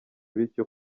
bityo